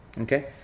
okay